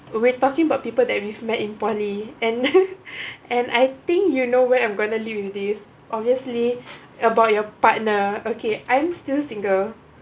we're talking about people that we've met in poly and and I think you know where I'm going to lead with this obviously about your partner okay I'm still single